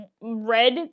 red